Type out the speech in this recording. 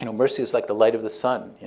you know mercy is like the light of the sun.